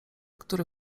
który